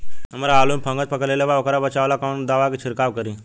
हमरा आलू में फंगस पकड़ लेले बा वोकरा बचाव ला कवन दावा के छिरकाव करी?